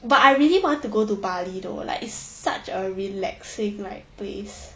but I really want to go to bali though like it's such a relaxing like place